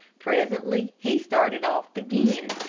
presently he started off again,